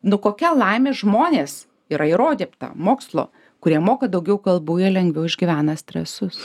nu kokia laimė žmonės yra įrodyta mokslo kurie moka daugiau kalbų jie lengviau išgyvena stresus